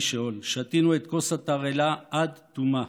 שְׁאוֹל"; שתינו את כוס התרעלה עד תומה.